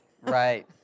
right